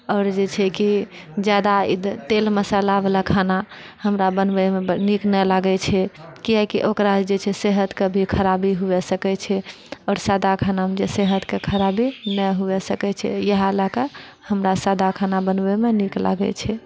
आओर जे छै कि जादा इध तेल मसाला बला खाना हमरा बनबैमे ब नीक नहि लागै छै किएकि ओकरा जे छै सेहतके भी खराबी हुए सकैत छै आओर सादा खानामे जे सेहतके खराबी नइ हुए सकै छै इएह लेकऽ हमरा सादा खाना नीक लागै छै